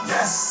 Yes